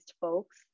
folks